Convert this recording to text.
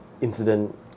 incident